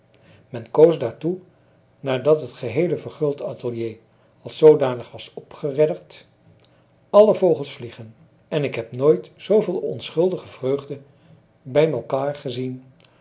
men koos daartoe nadat het geheele verguld atelier als zoodanig was opgeredderd alle vogels vliegen en ik heb nooit zooveel onschuldige vreugde bij malkaar gezien